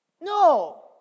No